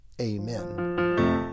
Amen